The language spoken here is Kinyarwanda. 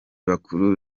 bakuru